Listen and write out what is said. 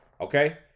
okay